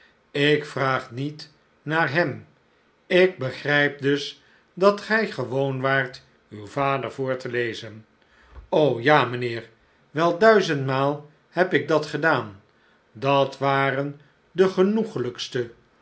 ik vraag niet naar hem ik begrijp dus dat gij gewoon waart uw vader voor te lezen ja mijnheer wel duizehdmaal heb ik dat gedaan dat waren de